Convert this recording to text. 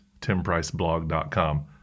timpriceblog.com